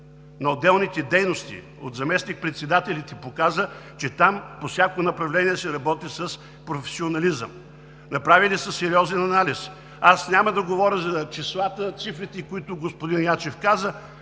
на отделните дейности от заместник-председателите показа, че там по всяко направление се работи с професионализъм, направили са сериозен анализ. Аз няма да говоря за числата, а цифрите, които господин Ячев каза…